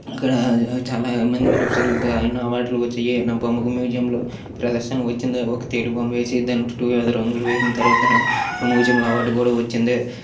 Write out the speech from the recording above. అక్కడ చాలమంది ప్రొఫెసర్లతో అయిన వాటిలో వచ్చినాయి అయి నా బొమ్మకి మూజియంలో ప్రదర్శనకు వచ్చింది ఒక తెలుగు బొమ్మ వేసి దాని చుట్టు ఏదో రంగులు వేసిన తర్వాత నాక్ అక్కడ మూజియంలో అవార్డ్ కూడా వచ్చింది